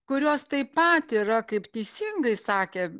kurios taip pat yra kaip teisingai sakė